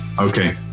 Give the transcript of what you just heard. Okay